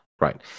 right